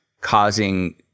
causing